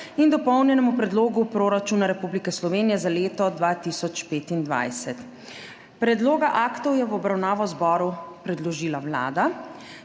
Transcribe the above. in Dopolnjenemu predlogu proračuna Republike Slovenije za leto 2025. Predloga aktov je v obravnavo zboru predložila Vlada.